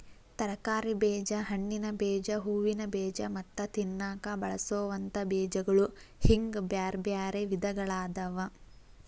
ತರಕಾರಿ ಬೇಜ, ಹಣ್ಣಿನ ಬೇಜ, ಹೂವಿನ ಬೇಜ ಮತ್ತ ತಿನ್ನಾಕ ಬಳಸೋವಂತ ಬೇಜಗಳು ಹಿಂಗ್ ಬ್ಯಾರ್ಬ್ಯಾರೇ ವಿಧಗಳಾದವ